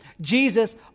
Jesus